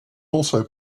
also